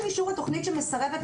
התכנית?